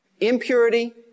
Impurity